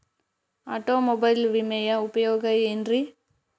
Automobile ವಿಮೆಯ ಉಪಯೋಗ ಏನ್ರೀ?